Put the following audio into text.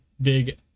big